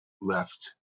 left